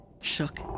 shook